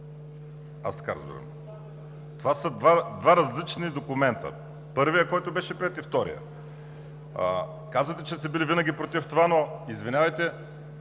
аз така разбирам. Това са два различни документа – първият, който беше приет, и вторият. Казвате, че сте били винаги против това, но, извинявайте,